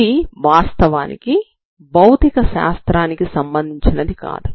ఇది వాస్తవానికి భౌతిక శాస్త్రానికి సంబంధించినది కాదు